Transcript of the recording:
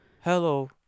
hello